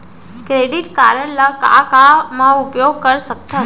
Credit card ला का का मा उपयोग कर सकथन?